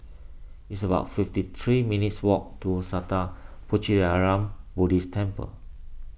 it's about fifty three minutes' walk to Sattha Puchaniyaram Buddhist Temple